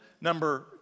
Number